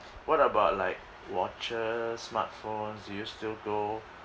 what about like watches smart phones do you still go